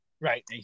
Right